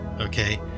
okay